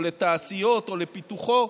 לתעשיות או לפיתוחו